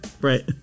Right